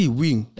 wing